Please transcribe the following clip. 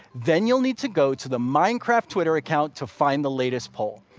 then you'll need to go to the minecraft twitter account to find the latest poll.